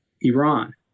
Iran